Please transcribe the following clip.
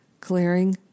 clearing